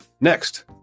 next